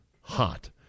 hot